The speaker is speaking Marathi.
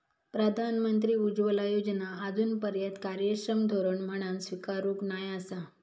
प्रधानमंत्री उज्ज्वला योजना आजूनपर्यात कार्यक्षम धोरण म्हणान स्वीकारूक नाय आसा